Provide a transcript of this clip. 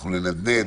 אנחנו ננדנד,